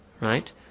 Right